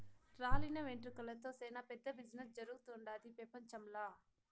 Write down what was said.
రాలిన వెంట్రుకలతో సేనా పెద్ద బిజినెస్ జరుగుతుండాది పెపంచంల